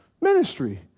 ministry